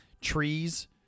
trees